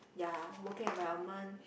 ya working environment